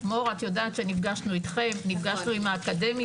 מור, את יודעת שנפגשנו איתכם, נפגשנו עם האקדמיה.